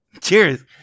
cheers